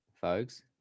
folks